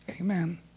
amen